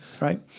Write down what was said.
right